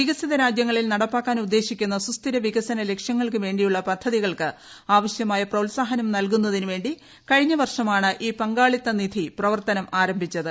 വികസന രാജൃങ്ങളിൽ നടപ്പാക്കാൻ ഉദ്ദേശിക്കുന്ന സുസ്ഥിര വികസിത ലക്ഷ്യങ്ങൾക്കു വേണ്ടിയുള്ള പദ്ധതികൾക്ക് ആവശ്യമായ പ്രോത്സാഹനം നൽകുന്നതിനുവേണ്ടി കഴിഞ്ഞ വർഷമാണ് ഈ പങ്കാളിത്ത നിധി പ്രവർത്തനം ആരംഭിച്ചത്